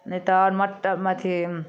नहि तऽ मटर अथी